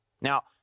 Now